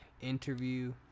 Interview